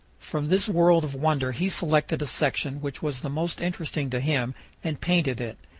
from this world of wonder he selected a section which was the most interesting to him and painted it.